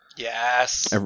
Yes